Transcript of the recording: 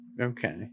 Okay